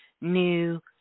new